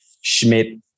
Schmidt